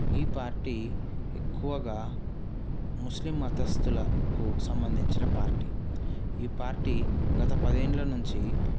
ఈ పార్టీ ఎక్కువగా ముస్లిం మతస్తులకు సంబంధించిన పార్టీ ఈ పార్టీ గత పదేళ్ళ నుంచి